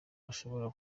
ashobora